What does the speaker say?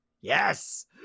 yes